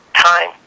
time